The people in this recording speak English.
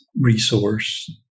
resource